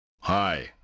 Hi